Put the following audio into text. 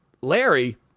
Larry